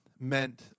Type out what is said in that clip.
meant